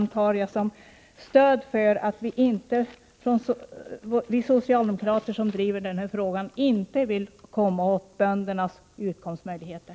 Detta tar jag som stöd för att säga att vi socialdemokrater som driver denna fråga inte vill komma åt böndernas utkomstmöjligheter.